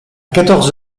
quatorze